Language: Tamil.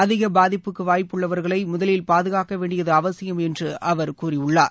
அதிக பாதிப்புக்கு வாய்ப்புள்ளவர்களை முதலில் பாதுகாக்க வேண்டியது அவசியம் என்று அவர் கூறினார்